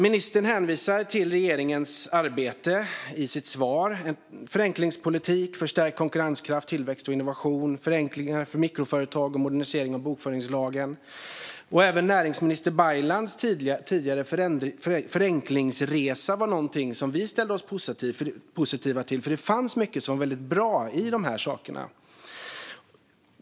Ministern hänvisar i sitt svar till regeringens arbete med förenklingspolitik för stärkt konkurrenskraft, tillväxt och innovation och till förenklingar för mikroföretag och modernisering av bokföringslagen. Även den tidigare näringsministerns, Baylans, förenklingsresa var något som vi ställde oss positiva till. Det fanns mycket i de sakerna som var bra.